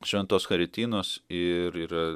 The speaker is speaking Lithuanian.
šventos karitinos ir yra